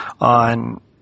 on